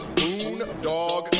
boondog